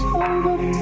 over